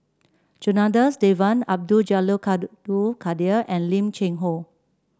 Janadas Devan Abdul Jalil Abdul Kadir and Lim Cheng Hoe